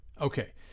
Okay